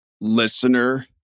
listener